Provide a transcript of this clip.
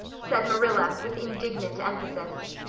said marilla, with indignant emphasis.